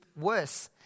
worse